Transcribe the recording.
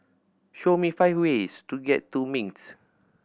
show me five ways to get to Minsk